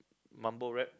mumble rap